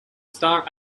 star